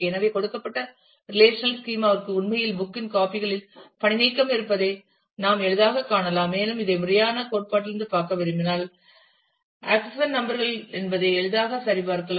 எனவே கொடுக்கப்பட்ட relational schema ற்கு உண்மையில் புக் இன் காபிகளில் பணிநீக்கம் இருப்பதை நாம் எளிதாகக் காணலாம் மேலும் இதை முறையான கோட்பாட்டிலிருந்து பார்க்க விரும்பினால் விசைகள் ஆக்சஷன் நம்பர் என்பதை எளிதாக சரிபார்க்கலாம்